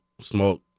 Smoke